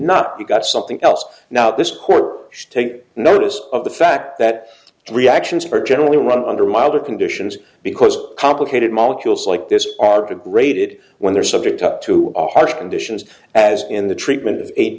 not you got something else now this court should take notice of the fact that reactions are generally run under milder conditions because complicated molecules like this are degraded when they are subject to harsh conditions as in the treatment of